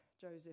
Joseph